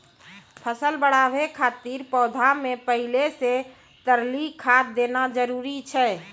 फसल बढ़ाबै खातिर पौधा मे पहिले से तरली खाद देना जरूरी छै?